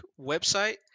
website